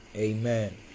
Amen